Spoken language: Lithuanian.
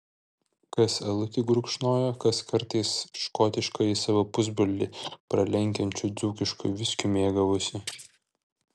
kas alutį gurkšnojo kas kartais škotiškąjį savo pusbrolį pralenkiančiu dzūkišku viskiu mėgavosi